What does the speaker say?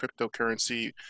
cryptocurrency